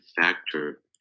factor